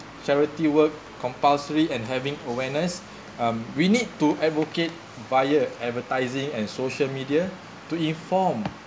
charity work compulsory and having awareness um we need to advocate via advertising and social media to inform